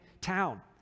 town